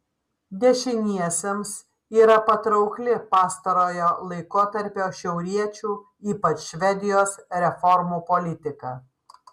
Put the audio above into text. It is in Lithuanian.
dešiniesiems yra patraukli pastarojo laikotarpio šiauriečių ypač švedijos reformų politika